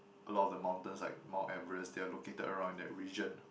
a lot of the mountains like Mount Everest they are located around in that region